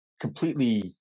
completely